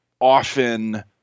often